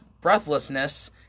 breathlessness